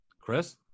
Chris